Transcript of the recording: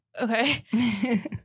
Okay